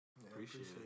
Appreciate